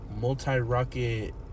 multi-rocket